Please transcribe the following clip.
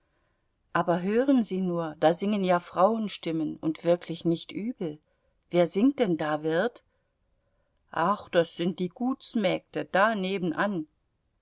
aber hören sie nur da singen ja frauenstimmen und wirklich nicht übel wer singt denn da wirt ach das sind gutsmägde da nebenan